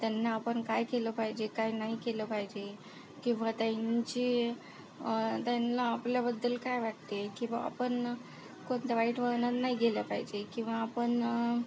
त्यांना आपण काय केलं पाहिजे काय नाही केलं पाहिजे किंवा त्यांची त्यांना आपल्याबद्दल काय वाटते किंवा आपण कोणत्या वाईट वळणाला नाही गेलं पाहिजे किंवा आपण